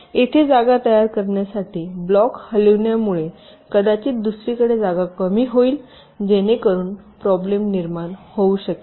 येथे जागा तयार करण्यासाठी ब्लॉक हलविण्यामुळे कदाचित दुसरीकडे जागा कमी होईल जेणेकरून प्रॉब्लेम निर्माण होऊ शकेल